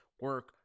Work